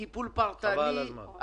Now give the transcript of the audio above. טיפול פרטני,